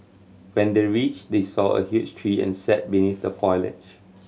when they reached they saw a huge tree and sat beneath the foliage